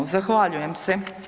Zahvaljujem se.